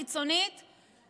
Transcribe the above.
לחובה,